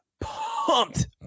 pumped